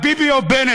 הביבי או בנט?